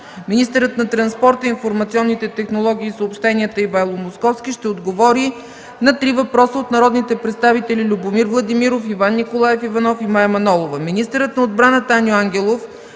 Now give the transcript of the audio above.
Министърът на транспорта, информационните технологии и съобщенията Ивайло Московски ще отговори на 3 въпроса от народните представители Любомир Владимиров, Иван Николаев Иванов, и Мая Манолова. Министърът на отбраната Аню Ангелов